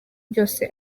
byose